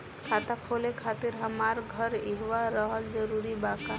खाता खोले खातिर हमार घर इहवा रहल जरूरी बा का?